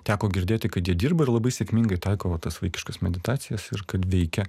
teko girdėti kad jie dirba ir labai sėkmingai taiko va tas vaikiškas meditacijas ir kad veikia